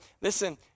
Listen